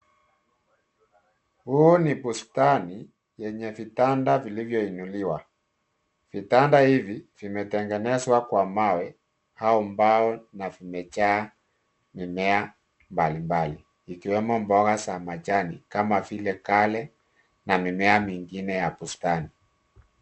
Huu ni bustani yenye vitanda vilivyoinuliwa. Vitanda hivi vimetengenezwa kwa mawe au mbao na vimejaa mimea mbali mbali, ikiwemo mboga za majani kama vile, kale na mimea mingine ya bustani.